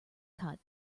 cut